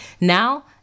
now